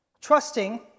trusting